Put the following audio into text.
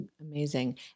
amazing